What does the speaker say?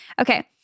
Okay